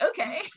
okay